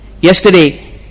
Yesterday